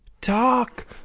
talk